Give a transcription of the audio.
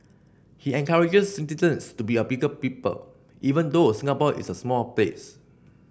he encourages citizens to be bigger people even though Singapore is a small place